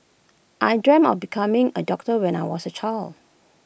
I dreamt of becoming A doctor when I was A child